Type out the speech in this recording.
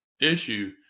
issue